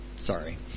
sorry